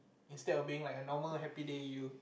instead of being like a normal happy day you